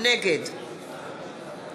נגד